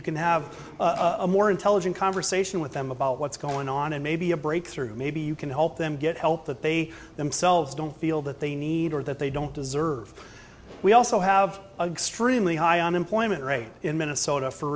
you can have a more intelligent conversation with them about what's going on and maybe a breakthrough maybe you can help them get help that they themselves don't feel that they need or that they don't deserve we also have a stream the high unemployment rate in